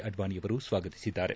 ಅಡ್ಡಾಣಿಯವರು ಸ್ವಾಗತಿಸಿದ್ದಾರೆ